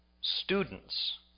students